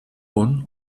bonn